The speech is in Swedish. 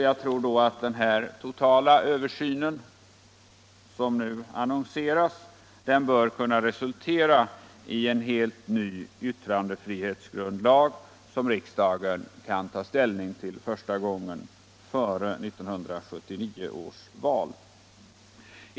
Jag tror att den totala översyn som nu annonseras bör kunna resultera i en helt ny yttrandefrihetsgrundlag, som riksdagen kan ta ställning till första gången före 1979 års val.